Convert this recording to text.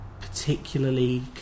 particularly